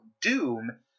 Doom